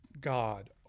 God